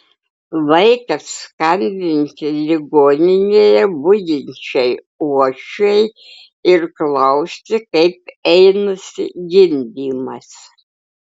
laikas skambinti ligoninėje budinčiai uošvei ir klausti kaip einasi gimdymas